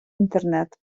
інтернет